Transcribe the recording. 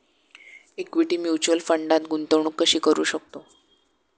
Equity mutual फंडात गुंतवणूक कशी करू शकतो?